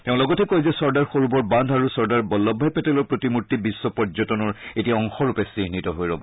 তেওঁ লগতে কয় যে চৰ্দাৰ সৰোবৰ বান্ধ আৰু চৰ্দাৰ বল্লভ ভাই পেটেলৰ প্ৰতিমূৰ্তি বিশ্ব পৰ্যটনৰ এটি অংশ ৰূপে চিহ্নিত হৈ ৰব